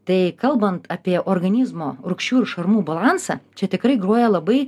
tai kalbant apie organizmo rūgščių ir šarmų balansą čia tikrai groja labai